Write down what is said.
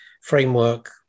framework